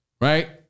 right